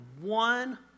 one